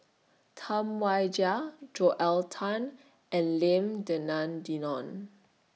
Tam Wai Jia Joel Tan and Lim Denan Denon